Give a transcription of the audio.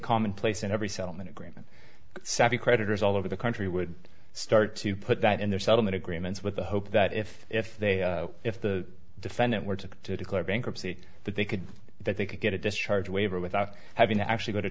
commonplace in every settlement agreement savvy creditors all over the country would start to put that in their settlement agreements with the hope that if if they if the defendant were to declare bankruptcy that they could that they could get a discharge waiver without having to actually go to